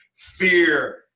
fear